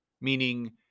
meaning